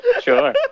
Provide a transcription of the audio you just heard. sure